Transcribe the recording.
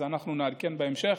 אז אנחנו נעדכן בהמשך.